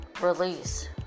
release